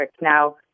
now